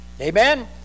Amen